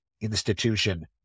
institution